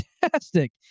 Fantastic